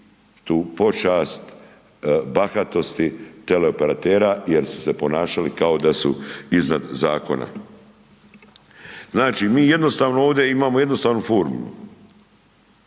tu pošast bahatosti teleoperatera jer su se ponašali kao da su iznad zakona. Znači, mi jednostavno ovdje imamo jednostavnu formulu.